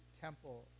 temple